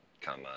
come